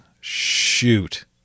Shoot